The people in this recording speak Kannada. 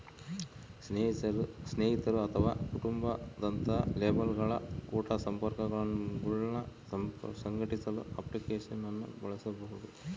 ಸ್ನೇಹಿತರು ಅಥವಾ ಕುಟುಂಬ ದಂತಹ ಲೇಬಲ್ಗಳ ಕುಟ ಸಂಪರ್ಕಗುಳ್ನ ಸಂಘಟಿಸಲು ಅಪ್ಲಿಕೇಶನ್ ಅನ್ನು ಬಳಸಬಹುದು